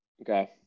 okay